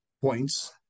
points